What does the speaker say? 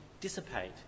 dissipate